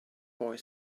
boy